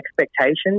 expectations